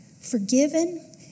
forgiven